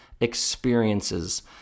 experiences